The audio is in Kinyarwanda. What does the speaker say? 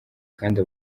kandi